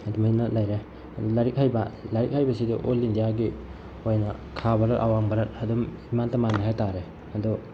ꯑꯗꯨꯃꯥꯏꯅ ꯂꯩꯔꯦ ꯂꯥꯏꯔꯤꯛ ꯍꯩꯕ ꯂꯥꯏꯔꯤꯛ ꯍꯩꯕꯁꯤꯗꯤ ꯑꯣꯜ ꯏꯟꯗꯤꯌꯥꯒꯤ ꯑꯣꯏꯅ ꯈꯥ ꯚꯥꯔꯠ ꯑꯋꯥꯡ ꯚꯥꯔꯠ ꯑꯗꯨꯝ ꯏꯃꯥꯟꯇ ꯃꯥꯟꯅꯩ ꯍꯥꯏꯇꯔꯦ ꯑꯗꯣ